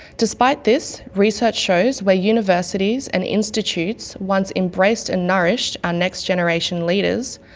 despite this, research shows where universities and institutes once embraced and nourished our next generation leaders,